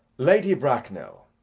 lady bracknell,